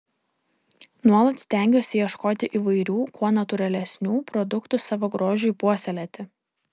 nuolat stengiuosi ieškoti įvairių kuo natūralesnių produktų savo grožiui puoselėti